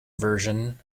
version